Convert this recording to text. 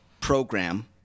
program